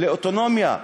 ולאוטונומיה,